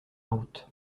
route